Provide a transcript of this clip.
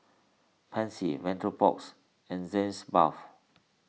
Pansy Vapodrops and Sitz Bath